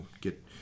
get